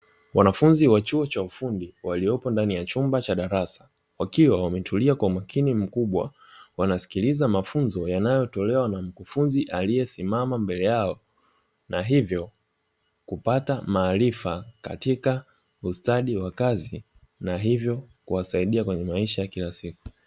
Wanafunzi wa chuo cha ufundi waliopo ndani ya chumba cha darasa wakiwa wametulia kwa makini mkubwa wanasikiliza mafunzo yanayotolewa na mkufunzi aliyesimama mbele yao, na hivyo kupata maarifa katika ustadi wakazi na hivyo kuwasaidia kwenye maisha kila siku.